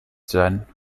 sein